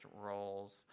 roles